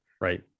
Right